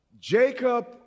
Jacob